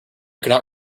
cannot